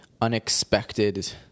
unexpected